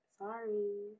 Sorry